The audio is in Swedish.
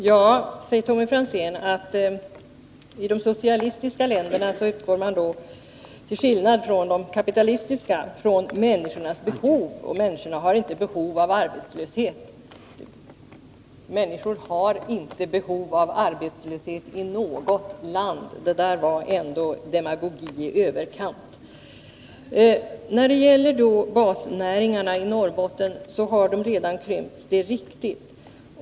Herr talman! Tommy Franzén säger att man i de socialistiska länderna, till skillnad från de kapitalistiska, utgår från människornas behov. Han säger också att människorna inte har behov av arbetslöshet. Människor har inte behov av arbetslöshet i något land! Det där var ändå demagogi i överkant. Basnäringarna i Norrbotten har redan krympt. Det är riktigt.